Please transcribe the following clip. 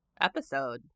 episode